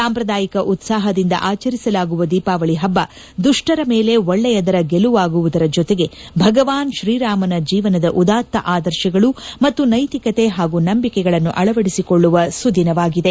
ಸಾಂಪ್ರದಾಯಿಕ ಉತ್ಸಾಹದಿಂದ ಆಚರಿಸಲಾಗುವ ದೀಪಾವಳಿ ಹಬ್ಬ ದುಷ್ವರ ಮೇಲೆ ಒಳ್ಳೆಯದರ ಗೆಲುವಾಗುವುದರ ಜತೆಗೆ ಭಗವಾನ್ ಶ್ರೀರಾಮನ ಜೀವನದ ಉದಾತ್ತ ಆದರ್ಶಗಳು ಮತ್ತು ನ್ಲೆತಿಕತೆ ಹಾಗೂ ನಂಬಿಕೆಗಳನ್ನು ಅಳವಡಿಸಿಕೊಳ್ಳುವ ಸುದಿನವಾಗಿದೆ